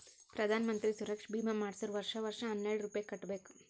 ಪ್ರಧಾನ್ ಮಂತ್ರಿ ಸುರಕ್ಷಾ ಭೀಮಾ ಮಾಡ್ಸುರ್ ವರ್ಷಾ ವರ್ಷಾ ಹನ್ನೆರೆಡ್ ರೂಪೆ ಕಟ್ಬಬೇಕ್